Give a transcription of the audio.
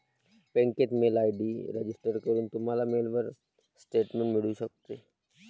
बँकेत mail ID register करून, तुम्हाला मेलवर स्टेटमेंट मिळू शकते